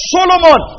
Solomon